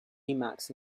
emacs